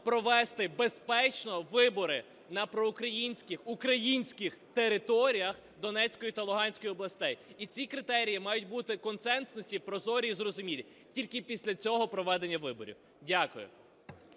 провести безпечно вибори на проукраїнських українських територіях Донецької та Луганської областей. І ці критерії мають бути консенсусні, прозорі і зрозумілі і тільки після цього проведення виборів. Дякую.